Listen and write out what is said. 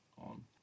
on